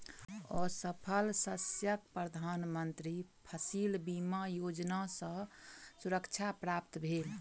असफल शस्यक प्रधान मंत्री फसिल बीमा योजना सॅ सुरक्षा प्राप्त भेल